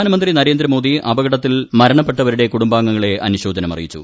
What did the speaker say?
പ്രധാനമന്ത്രി നരേന്ദ്രമോദി അപകടത്തിൽ മരണപ്പെട്ടവരുടെ കുടുംബങ്ങളെ അനുശോചനം അറിയിച്ചു